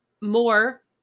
more